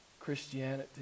Christianity